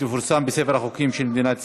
ויפורסם בספר החוקים של מדינת ישראל.